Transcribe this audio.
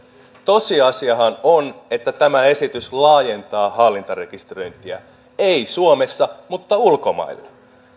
tosiasiahan on että tämä esitys laajentaa hallintarekisteröintiä ei suomessa mutta ulkomailla hän